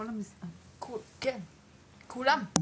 כולם.